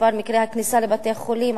מספר מקרי הכניסה לבתי-חולים.